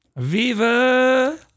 Viva